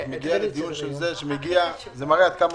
ואת מגיעה לדיון כזה - זה מראה עד כמה